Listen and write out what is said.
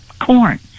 corn